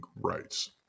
Rights